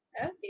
Okay